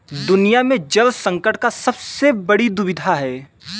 दुनिया में जल संकट का सबसे बड़ी दुविधा है